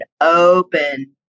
open